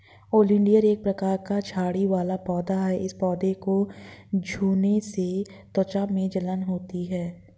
oleander एक प्रकार का झाड़ी वाला पौधा है इस पौधे को छूने से त्वचा में जलन होती है